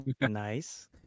Nice